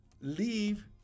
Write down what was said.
Leave